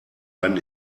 einen